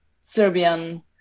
Serbian